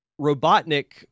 Robotnik